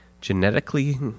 genetically